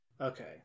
Okay